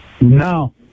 No